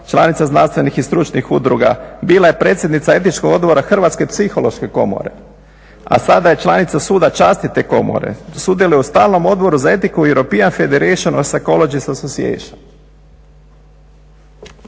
Članica znanstvenih i stručnih udruga. Bila je predsjednica Etičkog odbora Hrvatske psihološke komore. A sada je članica suda časti te komore. Sudjeluje u stalnom Odboru za etiku European Federation of Psychologists Associations.